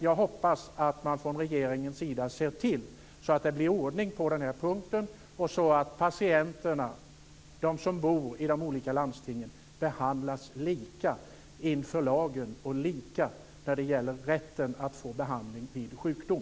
Jag hoppas att man från regeringens sida ser till att det blir ordning på den här punkten så att patienterna, de som bor i de olika landstingen, behandlas lika inför lagen och lika när det gäller rätten att få behandling vid sjukdom.